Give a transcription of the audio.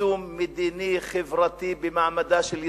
כרסום מדיני, חברתי, במעמדה של ישראל,